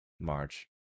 march